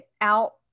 out